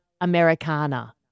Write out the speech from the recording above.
Americana